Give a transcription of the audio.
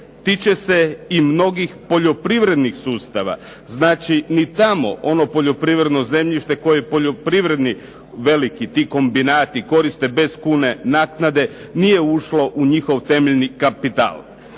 tiče se i mnogih poljoprivrednih sustava. Znači, ni tamo ono poljoprivredno zemljište koje poljoprivredni veliki ti kombinati koriste bez kune naknade nije ušlo u njihov temeljni kapital.